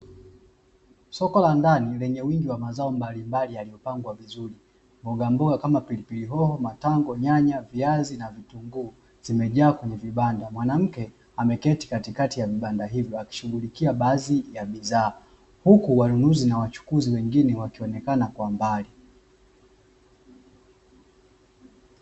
Soko la ndani lenye wingi wa mazao yaliyopangwa vizuri, mbogamboga kama vile pilipili hoho, matango, nyanya, viazi, na vitunguu zimejaa kwenye vibanda, mwanamke ameketi katikati ya vibanda hivyo akishughulikia baadhi ya bidhaa huku wanunuzi na wachukuzi wengine wakionekana kwa mbali.